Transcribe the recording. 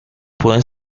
pueden